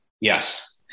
Yes